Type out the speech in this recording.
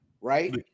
right